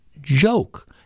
joke